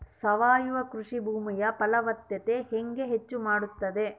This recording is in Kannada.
ಸಾವಯವ ಕೃಷಿ ಭೂಮಿಯ ಫಲವತ್ತತೆ ಹೆಂಗೆ ಹೆಚ್ಚು ಮಾಡುತ್ತದೆ?